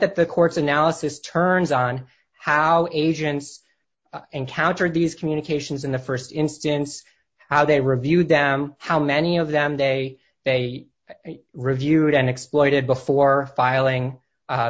that the courts analysis turns on how agents encountered these communications in the st instance how they reviewed them how many of them day they reviewed and exploited before filing